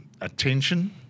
attention